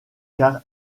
car